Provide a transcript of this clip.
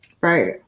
Right